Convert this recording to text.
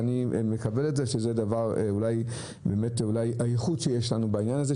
ואני מקבל את זה שזה אולי הדבר הייחודי שיש לנו בעניין הזה.